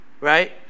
right